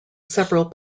several